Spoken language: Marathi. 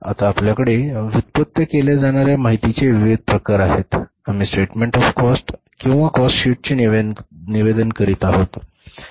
तर आता आपल्याकडे व्युत्पन्न केल्या जाणार्या माहितीचे विविध प्रकार आहेत आम्ही स्टेटमेंट ऑफ काॅस्ट किंवा काॅस्ट शीटचे निवेदन करीत आहोत बरोबर